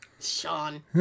Sean